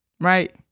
right